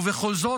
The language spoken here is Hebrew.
ובכל זאת,